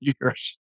years